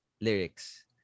lyrics